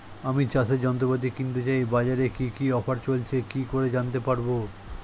আমি চাষের যন্ত্রপাতি কিনতে চাই বাজারে কি কি অফার চলছে কি করে জানতে পারবো?